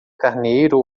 carneiro